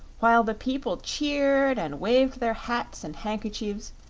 while the people cheered and waved their hats and handkerchiefs,